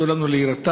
אסור לנו להירתע.